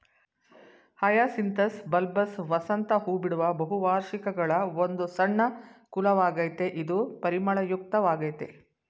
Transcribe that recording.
hyacinthus bulbous ವಸಂತ ಹೂಬಿಡುವ ಬಹುವಾರ್ಷಿಕಗಳ ಒಂದು ಸಣ್ಣ ಕುಲವಾಗಯ್ತೆ ಇದು ಪರಿಮಳಯುಕ್ತ ವಾಗಯ್ತೆ